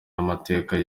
amateka